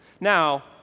Now